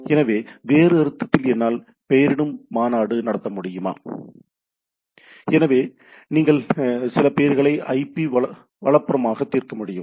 எனவே வேறு அர்த்தத்தில் என்னால் சில பெயரிடும் மாநாடு நடத்த முடியுமா எனவே சில பெயர்களை ஐபி வலதுபுறமாக தீர்க்க முடியும்